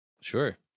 Sure